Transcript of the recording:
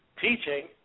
teaching